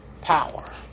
power